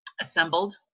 assembled